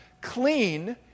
clean